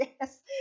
yes